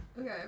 Okay